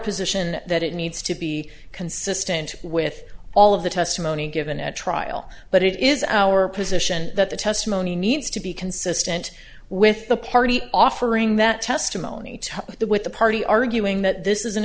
position that it needs to be consistent with all of the testimony given at trial but it is our position that the testimony needs to be consistent with the party offering that testimony to the with the party arguing that this is an